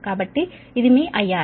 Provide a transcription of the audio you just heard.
కాబట్టి ఇది మీ IR